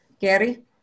Gary